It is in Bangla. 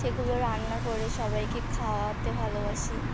সেগুলো রান্না করে সবাইকে খাওয়াতে ভালোবাসি